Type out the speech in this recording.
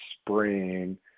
spring